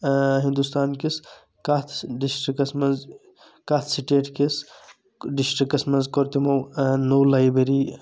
ہنٛدوستانکِس کتھ ڈِسٹرکٹس منٛز کتھ سِٹیٹ کِس ڈِسٹرکس منٛز کوٚر تِمو نوٚو لایبریری